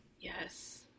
yes